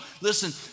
Listen